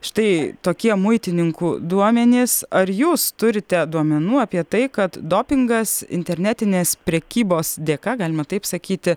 štai tokie muitininkų duomenys ar jūs turite duomenų apie tai kad dopingas internetinės prekybos dėka galima taip sakyti